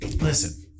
Listen